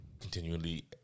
continually